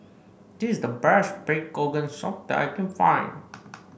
this is the best Pig's Organ Soup that I can find